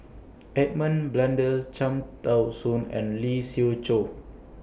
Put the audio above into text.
Edmund Blundell Cham Tao Soon and Lee Siew Choh